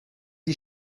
die